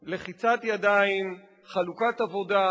לחיצת ידיים, חלוקת עבודה,